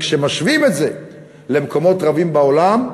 כשמשווים את זה למקומות רבים בעולם,